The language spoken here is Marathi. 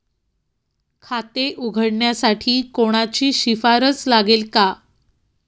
खाते उघडण्यासाठी कोणाची शिफारस लागेल का?